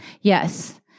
Yes